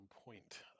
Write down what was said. point